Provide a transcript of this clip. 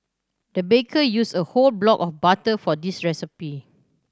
the baker used a whole block of butter for this recipe